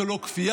זו לא כפייה,